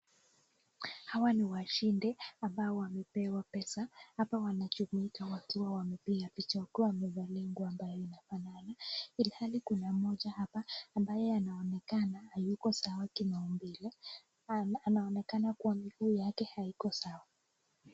Hawa ni washindi ambao wamepewa pesa. Hapa wanajumuika watu wao wanapinga picha , huku wamevalia nguo ambayo inafanana, ili hali kuna moja hapa ambaye anaonekana hayuko sawa kimaumbile, anaonekana kuwa miguu yake haiko sawa.